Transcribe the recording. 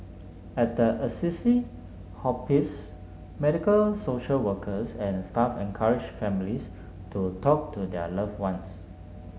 at the Assisi Hospice medical social workers and staff encourage families to talk to their loved ones